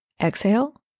exhale